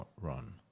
run